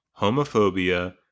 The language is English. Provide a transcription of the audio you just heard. homophobia